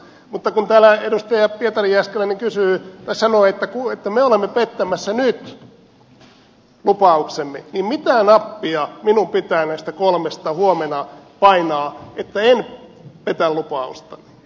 mutta kun täällä edustaja pietari jääskeläinen sanoo että olemme pettämässä nyt lupauksemme niin mitä nappia minun pitää näistä kolmesta huomenna painaa että en petä lupausta